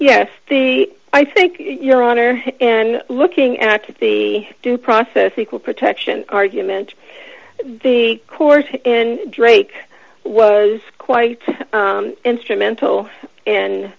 yes the i think your honor and looking at the due process equal protection argument the course and drake was quite instrumental in